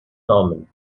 torment